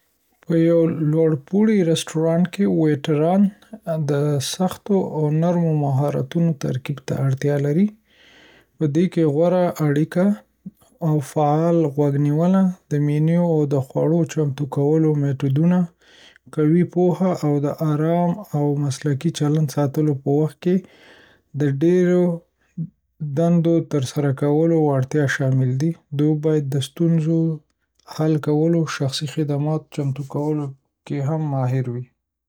په یوه لوړ پوړي رستورانت کې، ویټران د سختو او نرمو مهارتونو ترکیب ته اړتیا لري. پدې کې غوره اړیکه او فعال غوږ نیول، د مینو او خواړو چمتو کولو میتودونو قوي پوهه، او د ارام او مسلکي چلند ساتلو په وخت کې د ډیری دندو ترسره کولو وړتیا شامل دي. دوی باید د ستونزو حل کولو او شخصي خدماتو چمتو کولو کې هم ماهر وي.